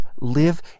live